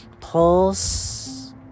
pulse